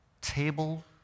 Table